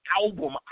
album